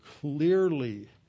clearly